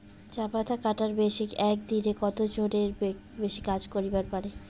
চা পাতা কাটার মেশিন এক দিনে কতজন এর কাজ করিবার পারে?